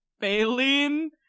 baleen